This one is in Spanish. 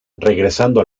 regresando